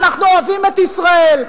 אנחנו אוהבים את ישראל,